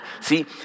See